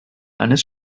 eines